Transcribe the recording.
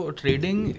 trading